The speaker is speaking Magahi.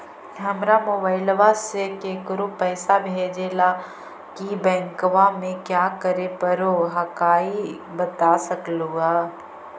हमरा मोबाइलवा से केकरो पैसा भेजे ला की बैंकवा में क्या करे परो हकाई बता सकलुहा?